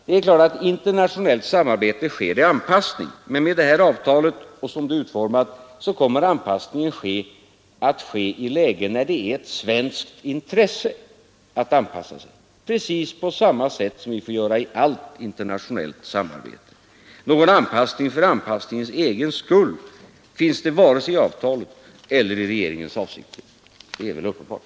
Det är klart att vid internationellt samarbete sker en anpassning med det här avtalet — som det är utformat — kommer anpassningen att ske i lägen när det är ett svenskt intresse att anpassa sig, precis på samma sätt som vi får göra i allt internationellt samarbete. Någon anpassning för anpassningens egen skull ingår varken i avtalet eller i regeringens avsikter. Det är väl uppenbart!